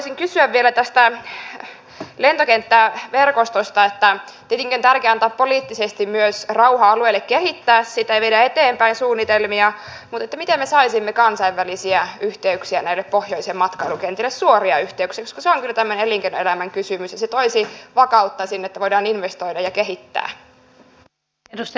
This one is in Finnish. haluaisin kysyä vielä tästä lentokenttäverkostosta että tietenkin on tärkeää antaa poliittisesti myös rauha alueelle kehittää sitä ja viedä eteenpäin suunnitelmia mutta miten me saisimme kansainvälisiä yhteyksiä näille pohjoisen matkailukentille suoria yhteyksiä koska se on kyllä tämmöinen elinkeinoelämän kysymys ja se toisi vakautta sinne että voidaan investoida ja kehittää